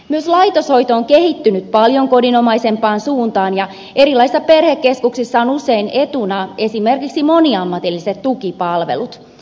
myös laitoshoito on kehittynyt paljon kodinomaisempaan suuntaan ja erilaisissa perhekeskuksissa on usein etuna esimerkiksi moniammatilliset tukipalvelut